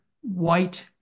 white